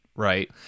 Right